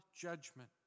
judgment